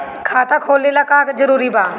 खाता खोले ला का का जरूरी बा?